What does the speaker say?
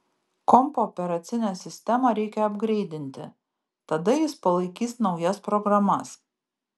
kompo operacinę sistemą reikia apgreidinti tada jis palaikys naujas programas